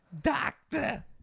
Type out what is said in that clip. Doctor